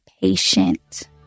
patient